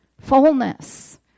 fullness